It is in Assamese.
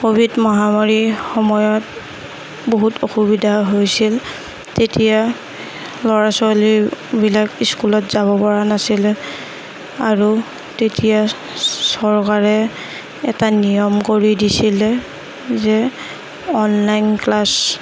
ক'ভিড মহামাৰীৰ সময়ত বহুত অসুবিধা হৈছিল তেতিয়া ল'ৰা ছোৱালীবিলাক স্কুলত যাব পৰা নাছিলে আৰু তেতিয়া চৰকাৰে এটা নিয়ম কৰি দিছিলে যে অনলাইন ক্লাছ